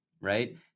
right